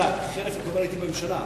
אני הייתי בממשלה,